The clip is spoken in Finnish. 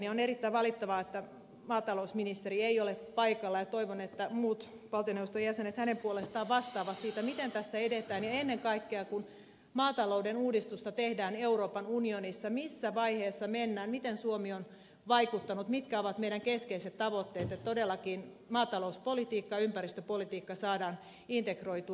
on erittäin valitettavaa että maatalousministeri ei ole paikalla ja toivon että muut valtioneuvoston jäsenet hänen puolestaan vastaavat miten tässä edetään ja ennen kaikkea kun maatalouden uudistusta tehdään euroopan unionissa missä vaiheessa mennään miten suomi on vaikuttanut mitkä ovat meidän keskeiset tavoitteemme ja miten maatalouspolitiikka ja ympäristöpolitiikka saadaan todellakin integroitua